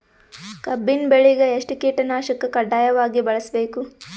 ಕಬ್ಬಿನ್ ಬೆಳಿಗ ಎಷ್ಟ ಕೀಟನಾಶಕ ಕಡ್ಡಾಯವಾಗಿ ಬಳಸಬೇಕು?